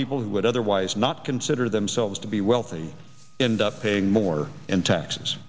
people who would otherwise not consider themselves to be wealthy in the paying more in taxes